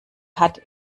hat